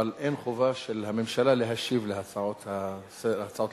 אבל אין חובה של הממשלה להשיב על הצעות לסדר-היום.